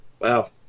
Wow